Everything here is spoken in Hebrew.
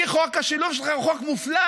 כי חוק השילוב שלך הוא חוק מופלא,